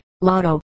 Lotto